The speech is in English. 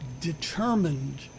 determined